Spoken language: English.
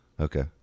Okay